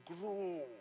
grow